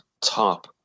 Top